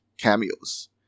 cameos